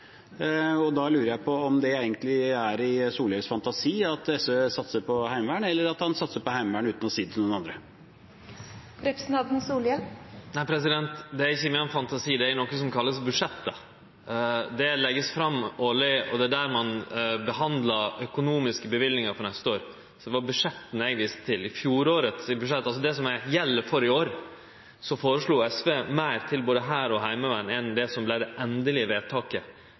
heimevern. Da lurer jeg på om det egentlig er i Solhjells fantasi SV satser på heimevern, eller om han satser på heimevern uten å si det til noen andre. Nei, det er ikkje i min fantasi. Det er i noko som vert kalla budsjett. Det vert lagt fram, og det er der ein behandlar økonomiske løyvingar for neste år. Det var budsjetta eg viste til. I fjorårets budsjett, altså det som gjeld for i år, føreslo SV meir til både hær og heimevern enn det som vart det endelege vedtaket